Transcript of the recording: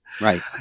Right